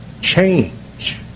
change